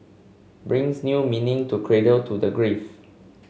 brings new meaning to cradle to the grave